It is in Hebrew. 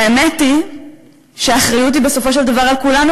והאמת היא שהאחריות היא בסופו של דבר היא על כולנו,